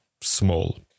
small